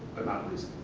about what